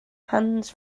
hands